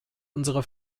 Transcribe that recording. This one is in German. unsere